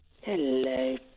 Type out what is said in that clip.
Hello